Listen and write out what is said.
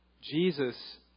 Jesus